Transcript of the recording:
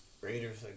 Raiders